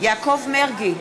יעקב מרגי,